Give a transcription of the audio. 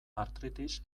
artritis